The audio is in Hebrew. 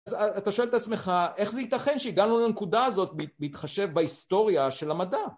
אז אתה שואל את עצמך, איך זה ייתכן שהגענו לנקודה הזאת בהתחשב בהיסטוריה של המדע?